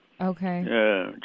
Okay